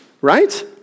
right